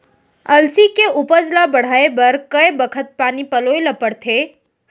अलसी के उपज ला बढ़ए बर कय बखत पानी पलोय ल पड़थे?